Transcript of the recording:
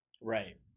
Right